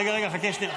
רגע, חכה שנייה.